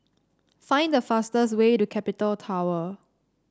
find the fastest way to Capital Tower